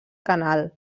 canal